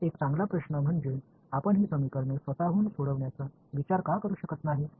तर एक चांगला प्रश्न म्हणजे आपण ही समीकरणे स्वत हून सोडवण्याचा विचार का करू शकत नाही